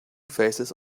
faces